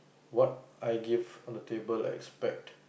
what I give on the table I expect